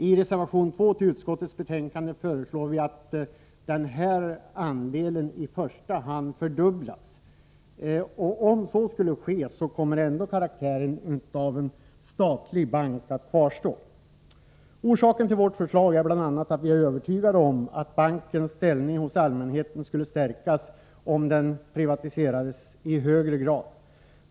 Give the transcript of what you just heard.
I reservation 2 vid utskottets betänkande föreslår vi att denna andel i första hand fördubblas. Även om så sker, kommer ändå karaktären av statlig bank att kvarstå. Orsaken till att vi lagt fram vårt förslag är bl.a. att vi är övertygade om att bankens ställning hos allmänheten skulle stärkas, om den privatiserades i högre grad.